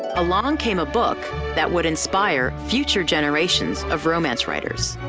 along came a book that would inspire future generations of romance writers.